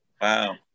Wow